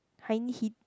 hindhede